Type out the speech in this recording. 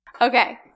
Okay